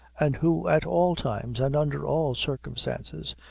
and who, at all times, and under all circumstances,